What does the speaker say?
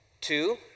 Two